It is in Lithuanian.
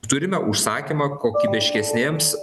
turime užsakymą kokybiškesnėms